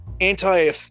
anti